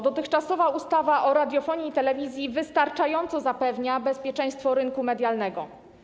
Dotychczasowa ustawa o radiofonii i telewizji wystarczająco zapewnia bezpieczeństwo rynku medialnego.